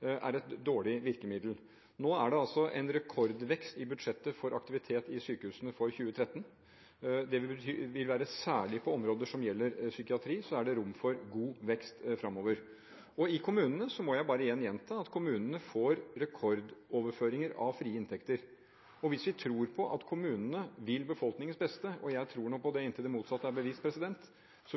er et dårlig virkemiddel. Nå er det en rekordvekst i budsjettet for aktivitet i sykehusene for 2013. Særlig på områder som gjelder psykiatri, er det rom for god vekst fremover. Når det gjelder kommunene, må jeg bare igjen gjenta at de får rekordoverføringer av frie inntekter. Hvis vi tror på at kommunene vil befolkningens beste, og jeg tror på det inntil det motsatte er bevist,